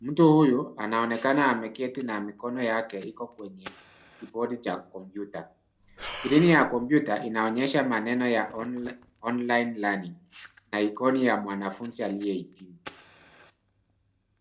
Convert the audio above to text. Mtu huyu anaonekana ameketi na mikono yake iko kwenye kibodi ya kompyuta. Skrini ya kompyuta inaonyesha maneno ya online learning na icon ya mwanafunzi aliyehitimu.